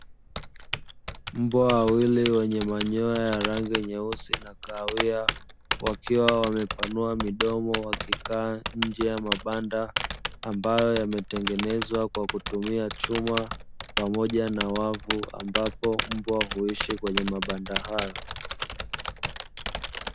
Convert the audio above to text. Mbwa wawili wenye manyoya ya rangi nyeusi na kahawia, wakiwa wamepanua midomo wakikaa nje ya mabanda, ambayo yametengenezwa kwa kutumia chuma, pamoja na wavu ambapo mbwa huishi kwenye mabanda hayo.